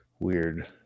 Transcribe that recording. weird